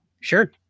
Sure